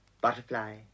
Butterfly